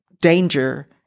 danger